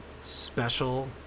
special